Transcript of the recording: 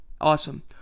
awesome